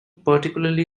particularly